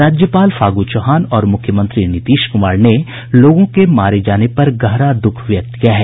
राज्यपाल फागू चौहान और मुख्यमंत्री नीतीश कुमार ने लोगों के मारे जाने पर गहरा दुख व्यक्त किया है